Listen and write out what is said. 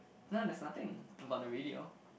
no there's nothing about the radio